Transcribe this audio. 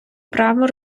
права